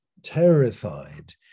terrified